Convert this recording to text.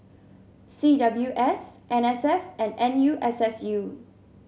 C W S N S F and N U S S U